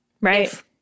right